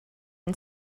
and